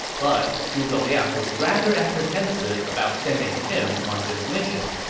but zhuge liang was rather apprehensive about sending him on this mission.